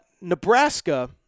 Nebraska